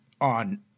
on